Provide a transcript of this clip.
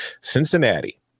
Cincinnati